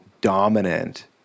dominant